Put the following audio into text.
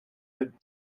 that